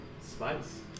spice